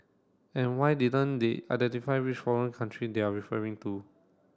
and why didn't they identify which foreign country they're referring to